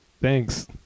thanks